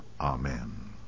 Amen